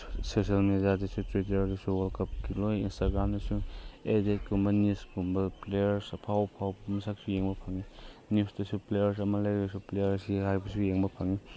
social ꯃꯦꯗꯤꯌꯥꯗꯁꯨ ꯇ꯭ꯋꯤꯇꯔꯗꯁꯨ ꯋꯥꯔꯜ ꯀꯞꯀꯤ ꯂꯣꯏ ꯏꯟꯁꯇꯥꯒ꯭ꯔꯥꯝꯗꯁꯨ ꯑꯦꯗꯦꯠꯀꯨꯝꯕ ꯅꯤꯎꯁꯀꯨꯝꯕ ꯄ꯭ꯂꯦꯌꯔꯁ ꯑꯐꯥꯎ ꯑꯐꯥꯎꯕ ꯃꯁꯛꯁꯨ ꯌꯦꯡꯕ ꯐꯪꯏ ꯅꯤꯎꯁꯇꯁꯨ ꯄ꯭ꯂꯦꯌꯔ ꯑꯃ ꯂꯩꯔꯁꯨ ꯄ꯭ꯂꯦꯌꯔꯁꯤ ꯍꯥꯏꯕꯁꯨ ꯌꯦꯡꯕ ꯐꯪꯏ